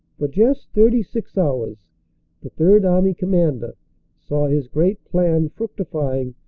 for just thirty six hours the third army commander saw his great plan fructifying,